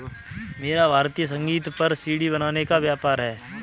मेरा भारतीय संगीत पर सी.डी बनाने का व्यापार है